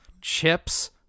Chips